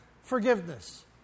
forgiveness